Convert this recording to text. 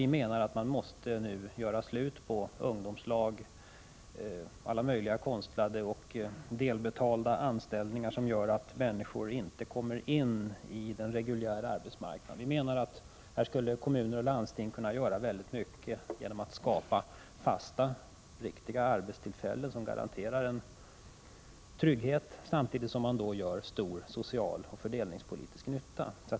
Vi menar att man måste göra slut på ungdomslag och alla möjliga konstlade och delbetalda anställningar som gör att människor inte kommer ut på den reguljära arbetsmarknaden. Vi menar att kommunerna och landstingen här skulle kunna göra mycket genom att skapa fasta, riktiga arbetstillfällen som garanterar trygghet och samtidigt gör stor social och fördelningspolitisk nytta.